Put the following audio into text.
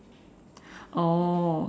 oh